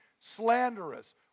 slanderous